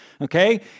okay